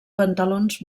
pantalons